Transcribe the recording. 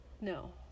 No